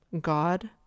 God